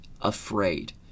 afraid